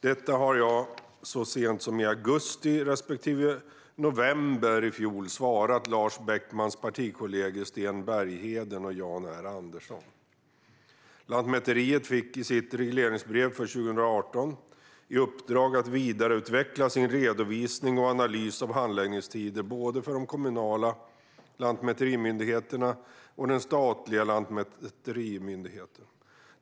Detta har jag så sent som i augusti respektive november i fjol svarat Lars Beckmans partikollegor Sten Bergheden och Jan R Andersson. Lantmäteriet fick i sitt regleringsbrev för 2018 i uppdrag att vidareutveckla sin redovisning och analys av handläggningstider både för de kommunala lantmäterimyndigheterna och den statliga lantmäterimyndigheten.